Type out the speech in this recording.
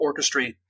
orchestrate